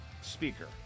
Speaker